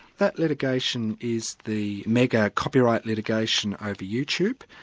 that litigation is the mega copyright litigation over youtube,